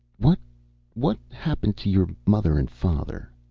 what what happened to your mother and father?